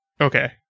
Okay